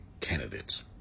candidates